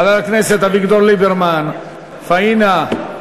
חבר הכנסת אביגדור ליברמן, פאינה,